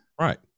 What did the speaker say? Right